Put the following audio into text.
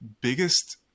biggest